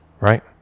Right